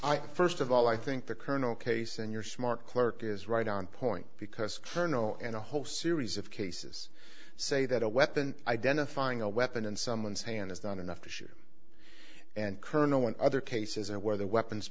i first of all i think the colonel case and your smart clerk is right on point because colonel and a whole series of cases say that a weapon identifying a weapon in someone's hand is not enough to shoot and colonel in other cases and where the weapons